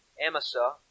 Amasa